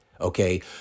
okay